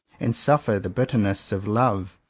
and suffer the bitterness of love,